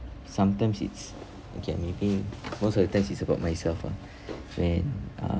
sometimes it's okay uh maybe most of the time it's about myself lah when uh